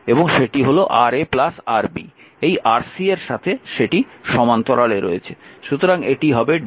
এবং সেটি হল Ra Rb এই Rc এর সাথে সমান্তরালে রয়েছে